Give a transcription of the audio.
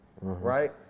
right